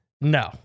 No